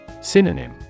Synonym